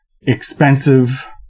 expensive